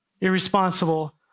irresponsible